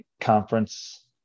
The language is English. conference